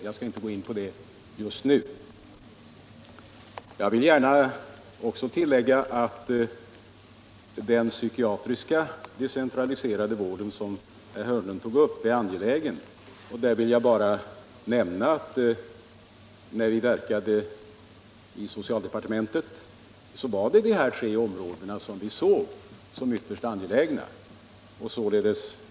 Jag skall inte gå in på dessa problem just nu. Jag vill också tillägga att frågan om den psykiatriska decentraliserade vård som herr Hörnlund tog upp också är angelägen. Jag vill bara nämna att när vi verkade i socialdepartementet var det just dessa tre områden som vi såg som ytterst angelägna.